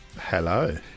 Hello